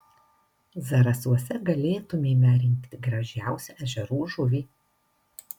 zarasuose galėtumėme rinkti gražiausią ežerų žuvį